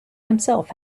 himself